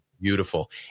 Beautiful